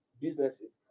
businesses